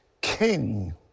king